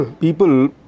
people